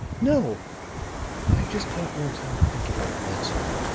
no i just want more time to think it over, that's all.